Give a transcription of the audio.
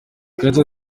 kenzo